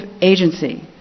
agency